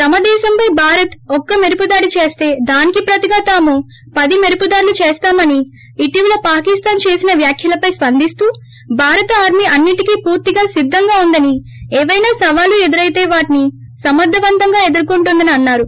తమ దేశంపై భారత్ ఒక్క మెరుపుదాడి చేస్త దానికి ప్రతిగా తాము పది మెరుపుదాడులు చేస్తామని ఇటీవల పాకిస్లాన్ చేసిన వ్యాఖ్యలు పై స్పందింస్తూ భారత ఆర్మీ అన్నింటికీ పూర్తిగా సిద్ధంగా ఉందని ఏవైనా సవాళ్లు ఎదురైతే వాటిని సమర్గవంతంగా ఎదుర్కుంటుందని అన్నారు